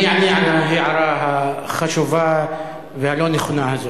אני אענה על ההערה החשובה והלא-נכונה הזאת.